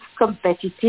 competitive